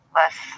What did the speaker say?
less